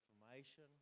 information